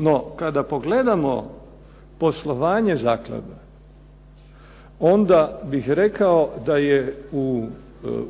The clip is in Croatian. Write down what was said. No kada pogledamo poslovanje zaklade, onda bih rekao da je u